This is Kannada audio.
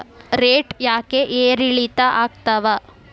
ರೇಟ್ ಯಾಕೆ ಏರಿಳಿತ ಆಗ್ತಾವ?